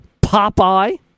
Popeye